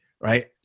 Right